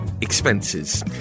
Expenses